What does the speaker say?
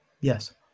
Yes